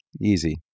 Easy